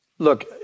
Look